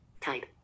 Type